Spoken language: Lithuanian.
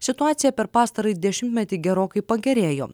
situacija per pastarąjį dešimtmetį gerokai pagerėjo